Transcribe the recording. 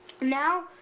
Now